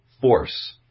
force